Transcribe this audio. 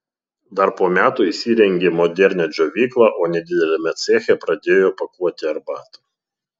dar po metų įsirengė modernią džiovyklą o nedideliame ceche pradėjo pakuoti arbatą